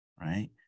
right